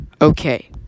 Okay